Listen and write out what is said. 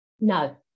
No